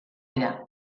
dira